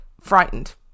frightened